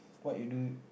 what you do